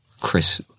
Chris